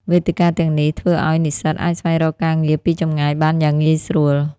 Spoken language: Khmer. វេទិកាទាំងនេះធ្វើឱ្យនិស្សិតអាចស្វែងរកការងារពីចម្ងាយបានយ៉ាងងាយស្រួល។